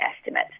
estimate